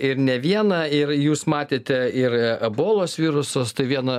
ir ne vieną ir jūs matėte ir ebolos virusus tai viena